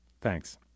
Thanks